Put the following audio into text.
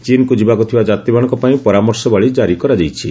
ଚୀନ୍କୁ ଯିବାକୁଥିବା ଯାତ୍ରୀମାନଙ୍କ ପାଇଁ ପରାମର୍ଶବଳୀ ଜାରି କରାଯାଇଛି